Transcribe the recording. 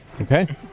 Okay